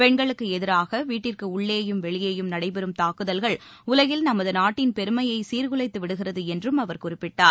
பெண்களுக்கு எதிராக வீட்டிற்கு உள்ளேயும் வெளியேயும் நடைபெறும் தாக்குதல்கள் உலகில் நமது நாட்டின் பெருமையை சீர்குலைத்து விடுகிறது என்றும் அவர் குறிப்பிட்டார்